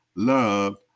love